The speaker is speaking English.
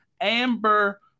Amber